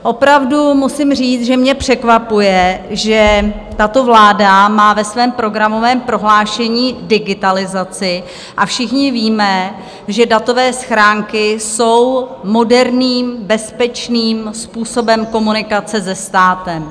Opravdu musím říct, že mě překvapuje, že tato vláda má ve svém programovém prohlášení digitalizaci, a všichni víme, že datové schránky jsou moderním, bezpečným způsobem komunikace se státem.